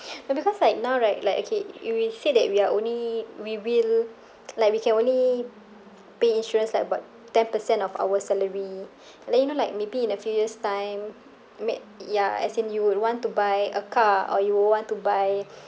ya because like now right like okay you will say that we are only we will like we can only pay insurance like about ten percent of our salary like you know like maybe in a few years time ma~ ya as in you would want to buy a car or you would want to buy